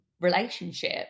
relationship